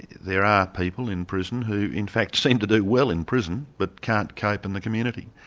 there are people in prison who in fact seem to do well in prison, but can't cope in the community.